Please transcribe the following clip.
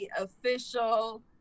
official